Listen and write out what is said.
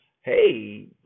hey